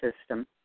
system